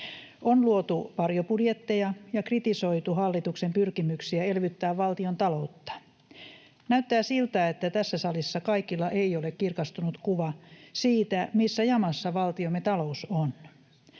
On luotu varjobudjetteja ja kritisoitu hallituksen pyrkimyksiä elvyttää valtiontaloutta. Näyttää siltä, että tässä salissa kaikilla ei ole kirkastunut kuva siitä, missä jamassa valtiomme talous on.